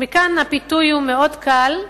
מכאן הפיתוי הוא מאוד קל,